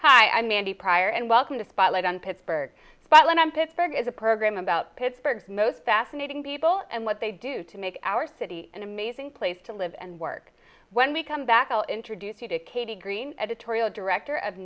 hi i'm mandy pryor and welcome to spotlight on pittsburgh spotlight on pittsburgh is a program about pittsburgh most fascinating people and what they do to make our city an amazing place to live and work when we come back i'll introduce you to katie green editorial director of